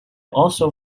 also